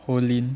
Hollin